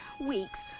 weeks